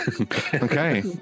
Okay